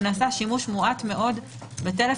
ונעשה שימוש מועט מאוד בטלפון.